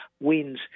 wins